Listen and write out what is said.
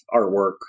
artwork